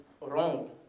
wrong